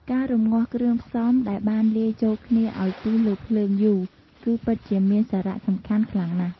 ការរម្ងាស់គ្រឿងផ្សំដែលបានលាយចូលគ្នាឱ្យពុះលើភ្លើងយូរ គឺពិតជាមានសារៈសំខាន់ខ្លាំងណាស់។